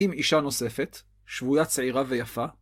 עם אישה נוספת, שבויה צעירה ויפה.